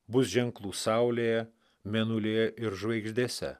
bus ženklų saulėje mėnulyje ir žvaigždėse